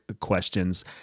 questions